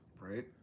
Right